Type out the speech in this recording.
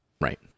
Right